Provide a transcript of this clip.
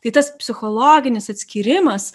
tai tas psichologinis atskyrimas